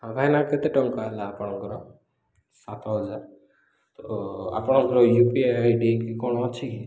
ହଁ ଭାଇନା କେତେ ଟଙ୍କା ହେଲା ଆପଣଙ୍କର ସାତ ହଜାର ତ ଆପଣଙ୍କର U P I I D କି କ'ଣ ଅଛି କି